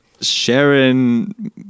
Sharon